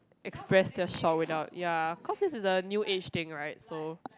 express their shock with ya cause this is a new age thing right so